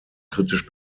kritisch